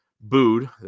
booed